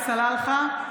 עלי סלאלחה,